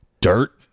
Dirt